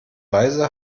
weise